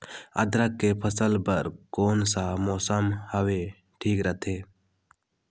अदरक के फसल बार कोन सा मौसम हवे ठीक रथे?